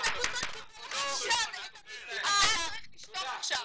משרד התפוצות קיבל עכשיו את המשימה --- אתה צריך לשתוק עכשיו.